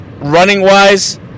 running-wise